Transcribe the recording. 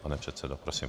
Pane předsedo, prosím.